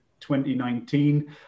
2019